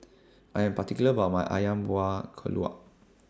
I Am particular about My Ayam Buah Keluak